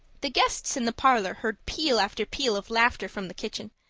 the guests in the parlor heard peal after peal of laughter from the kitchen,